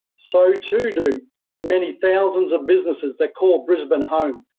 so, too, do many thousands of businesses that call brisbane home.